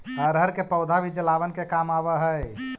अरहर के पौधा भी जलावन के काम आवऽ हइ